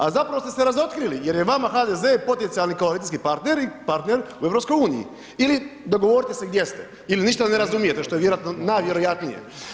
A zapravo ste se razotkrili jer je vama HDZ-e potencijalni koalicijski partner u Europskoj uniji, ili dogovorite se gdje ste, ili ništa ne razumijete što je vjerojatno najvjerojatnije.